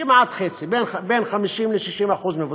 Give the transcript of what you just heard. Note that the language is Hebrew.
כמעט חצי, 50% 60% מבוצע,